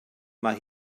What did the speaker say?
mae